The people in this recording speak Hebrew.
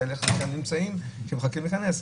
יש כאלה שמחכים להיכנס.